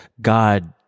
god